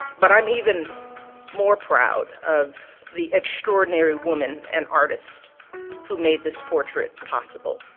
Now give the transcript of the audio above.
but i'm even more proud of the extraordinary woman an artist who made this portrait possible.